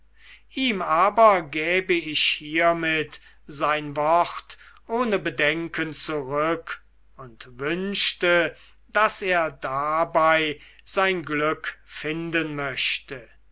ihm aber gäbe ich hiermit sein wort ohne bedenken zurück und wünschte daß er dabei sein glück finden möchte